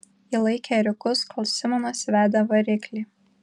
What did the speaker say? ji laikė ėriukus kol simonas vedė variklį